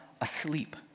asleep